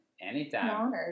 Anytime